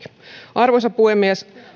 arvoisa puhemies